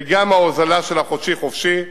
וגם ההוזלה של ה"חודשי חופשי"